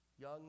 young